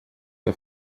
que